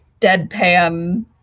deadpan